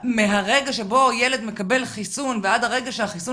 מהרגע שבו ילד מקבל חיסון ועד הרגע שהחיסון